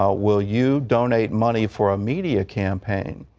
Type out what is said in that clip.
ah will you donate money for a media campaign?